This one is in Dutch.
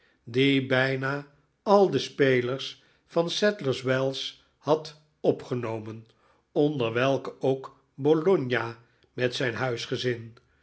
die bijna al de spelers van sadlers wells haddenopgenomen onder welke ook bologna met zijn huisgezin